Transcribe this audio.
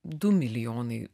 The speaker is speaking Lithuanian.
du milijonai